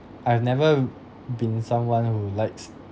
I've never been someone who likes